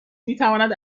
میتواند